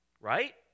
right